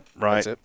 Right